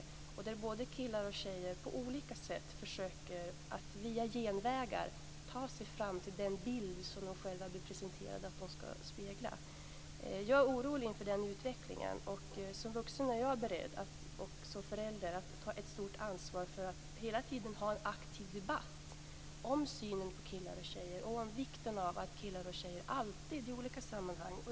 Vi ser också att både killar och tjejer på olika sätt via genvägar försöker att ta sig fram till den självbild de blir presenterade för. Jag är orolig inför den här utvecklingen. Som vuxen och förälder är jag beredd att ta ett stort ansvar för att det hela tiden förs en aktiv debatt om synen på killar och tjejer och om vikten av att killar och tjejer alltid i olika sammanhang har samma villkor.